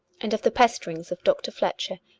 and of the pesterings of dr. fletcher,